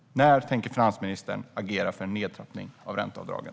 När tänker finansministern agera för en nedtrappning av ränteavdragen?